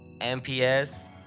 MPS